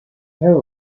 kerouac